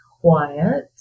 quiet